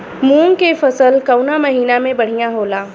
मुँग के फसल कउना महिना में बढ़ियां होला?